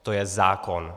To je zákon.